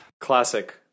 classic